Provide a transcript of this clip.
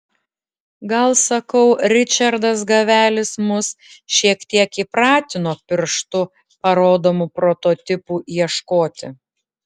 gal sakau ričardas gavelis mus šiek tiek įpratino pirštu parodomų prototipų ieškoti